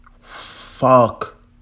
fuck